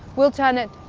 we'll turn it.